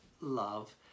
love